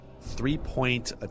Three-point